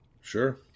Sure